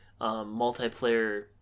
multiplayer